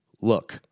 Look